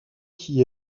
qui